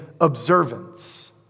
observance